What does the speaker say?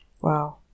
Wow